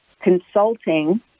Consulting